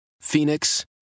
Phoenix